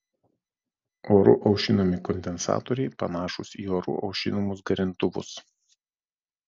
oru aušinami kondensatoriai panašūs į oru aušinamus garintuvus